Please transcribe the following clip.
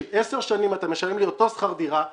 10 שנים אתה משלם לי את אותו שכר דירה קבוע,